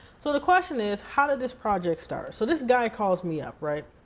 so the question is how did this project start? so this guy calls me up right?